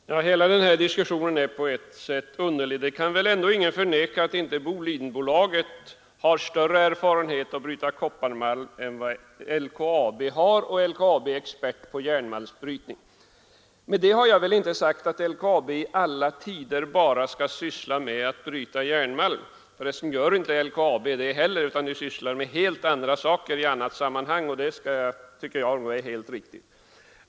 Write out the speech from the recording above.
Fru talman! Hela den här diskussionen är på ett sätt underlig. Ingen kan väl ändå förneka att Bolidenbolaget har större erfarenhet av att bryta kopparmalm än vad LKAB har, medan LKAB är expert på järnmalmsbrytning. Med det har jag inte sagt att LKAB i alla tider bara skall syssla med att bryta järnmalm. För resten gör inte LKAB det heller utan sysslar med helt andra saker i andra sammanhang, och det tycker jag är helt riktigt.